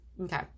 Okay